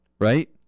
right